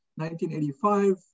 1985